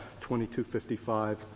2255